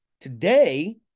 today